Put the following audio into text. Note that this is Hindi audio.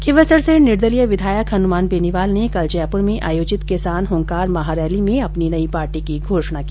खींवसर से निर्दलीय विधायक हनुमान बेनीवाल ने कल जयपुर में आयोजित किसान हंकार महारैली में अपनी नई पार्टी की घोषणा की